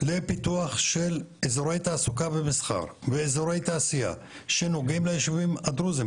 לפיתוח של אזורי תעסוקה ומסחר ואזורי תעשייה שנוגעים ליישובים הדרוזים,